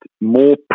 more